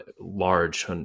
large